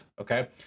Okay